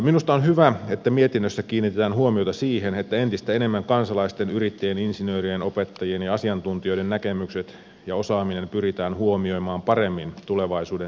minusta on hyvä että mietinnössä kiinnitetään huomiota siihen että entistä enemmän kansalaisten yrittäjien insinöörien opettajien ja asiantuntijoiden näkemykset ja osaaminen pyritään huomioimaan paremmin tulevaisuuden selontekoja laadittaessa